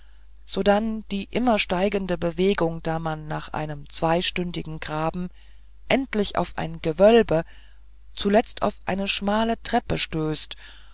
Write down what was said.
sodann die immer steigende bewegung da man nach einem zweistündigen graben endlich auf ein gewölbe zuletzt auf eine schmale treppe stößt